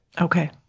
Okay